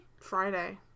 Friday